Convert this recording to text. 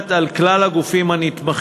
המבוצעת על כלל הגופים הנתמכים,